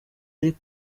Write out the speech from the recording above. ariko